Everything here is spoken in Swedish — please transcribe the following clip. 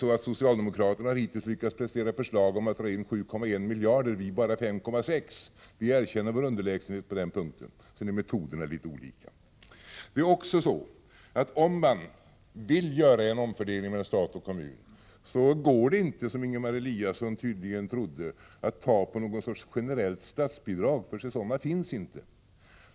så att socialdemokraterna hittills har lyckats prestera förslag om att dra in 7,1 miljarder och vi bara 5,6 — vi erkänner vår underlägsenhet på den punkten — med litet olika metoder. Om man vill göra en omfördelning mellan stat och kommun går det inte, som Ingemar Eliasson tydligen tror, att ta av någon sorts generellt statsbidrag, för sådana finns inte.